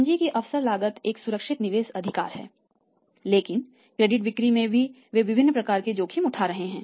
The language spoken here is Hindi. पूंजी की अवसर लागत एक सुरक्षित निवेश अधिकार है लेकिन क्रेडिट बिक्री में वे विभिन्न प्रकार के जोखिम उठा रहे हैं